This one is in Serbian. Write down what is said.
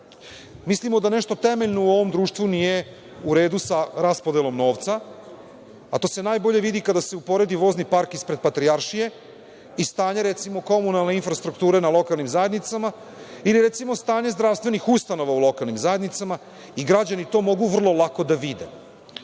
Mislimo da nešto temeljno u ovom društvu nije u redu sa raspodelom novca, a to se najbolje vidi kada se uporedi vozni park ispred Patrijaršije i stanje, recimo, komunalne infrastrukture na lokalnim zajednicama ili, recimo, stanje zdravstvenih ustanova u lokalnim zajednicama. Građani to mogu vrlo lako da